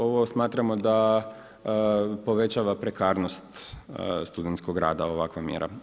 Ovo smatramo da povećava prekarnost studentskog rada, ovakva mjera.